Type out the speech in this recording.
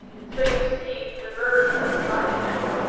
so you see the birds are provided for.